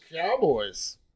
Cowboys